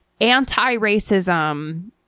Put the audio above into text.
anti-racism